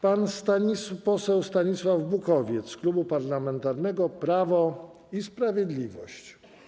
Pan poseł Stanisław Bukowiec z Klubu Parlamentarnego Prawo i Sprawiedliwość.